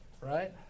right